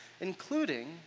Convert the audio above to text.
including